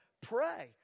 pray